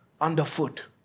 underfoot